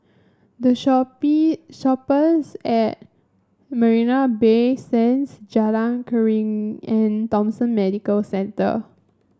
The Shoppes at Marina Bay Sands Jalan Keruing and Thomson Medical Centre